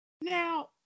Now